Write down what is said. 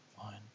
Fine